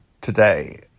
today